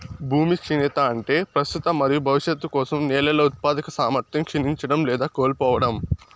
భూమి క్షీణత అంటే ప్రస్తుత మరియు భవిష్యత్తు కోసం నేలల ఉత్పాదక సామర్థ్యం క్షీణించడం లేదా కోల్పోవడం